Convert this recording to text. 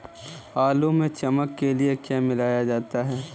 आलू में चमक के लिए क्या मिलाया जाता है?